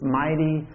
mighty